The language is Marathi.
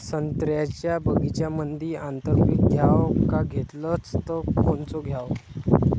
संत्र्याच्या बगीच्यामंदी आंतर पीक घ्याव का घेतलं च कोनचं घ्याव?